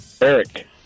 Eric